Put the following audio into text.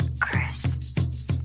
Chris